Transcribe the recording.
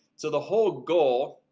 so the whole goal